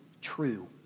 true